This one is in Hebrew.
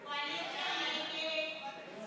ההסתייגות (29) של קבוצת סיעת הרשימה המשותפת לסעיף